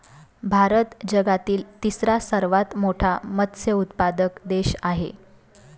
भारत जगातील तिसरा सर्वात मोठा मत्स्य उत्पादक देश आहे